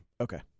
Okay